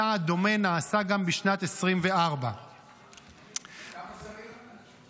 צעד דומה נעשה גם בשנת 2024. כמה שרים?